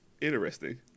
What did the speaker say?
Interesting